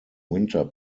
winter